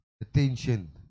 attention